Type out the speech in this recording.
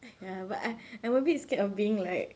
ya but I I'm a bit scared of being like